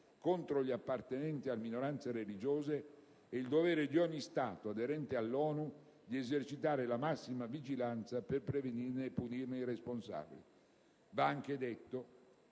contro gli appartenenti a minoranze religiose e il dovere di ogni Stato aderente all'ONU di esercitare la massima vigilanza per prevenirli e punirne i responsabili. Va anche detto,